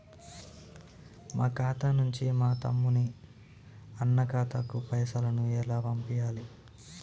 మా ఖాతా నుంచి మా తమ్ముని, అన్న ఖాతాకు పైసలను ఎలా పంపియ్యాలి?